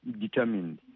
determined